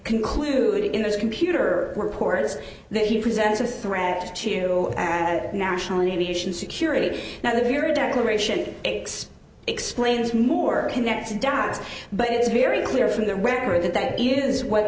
concluded in those computer records that he presents a threat to national security now the very declaration explains more connects the dots but it's very clear from the record that that is what